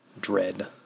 dread